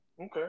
Okay